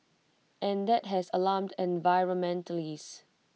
and that has alarmed environmentalists